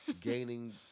gaining